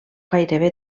gairebé